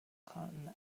con